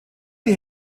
die